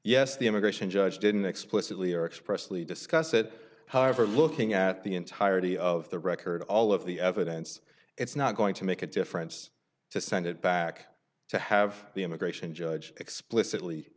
yes the immigration judge didn't explicitly or expressly discuss it however looking at the entirety of the record all of the evidence it's not going to make a difference to send it back to have the immigration judge explicitly